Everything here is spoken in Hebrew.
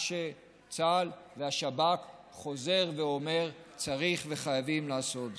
ומה שצה"ל והשב"כ חוזרים ואומרים: צריך וחייבים לעשות זאת.